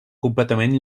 completament